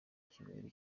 icyubahiro